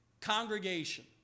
congregation